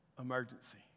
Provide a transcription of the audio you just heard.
Emergency